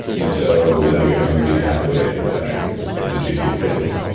and so then we have to recalculate the attributes in the gpu table.